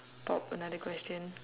pop another question